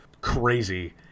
crazy